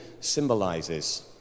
symbolises